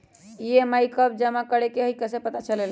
EMI कव जमा करेके हई कैसे पता चलेला?